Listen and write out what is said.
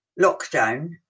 lockdown